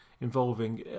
involving